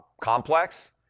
complex